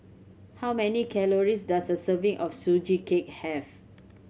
how many calories does a serving of Sugee Cake have